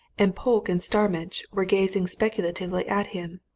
and polke and starmidge were gazing speculatively at him.